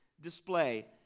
display